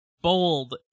bold